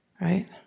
right